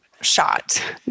Shot